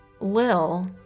Lil